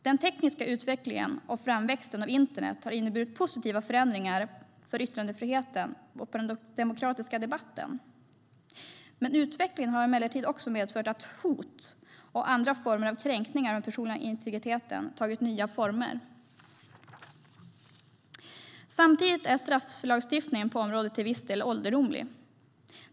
Den tekniska utvecklingen och framväxten av internet har inneburit positiva förändringar för yttrandefriheten och den demokratiska debatten. Utvecklingen har emellertid också medfört att hot och andra former av kränkningar av den personliga integriteten tagit nya former. Samtidigt är strafflagstiftningen på området till viss del ålderdomlig.